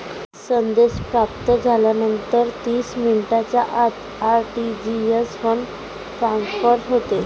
संदेश प्राप्त झाल्यानंतर तीस मिनिटांच्या आत आर.टी.जी.एस फंड ट्रान्सफर होते